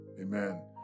Amen